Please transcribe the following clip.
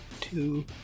two